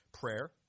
prayer